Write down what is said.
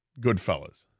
Goodfellas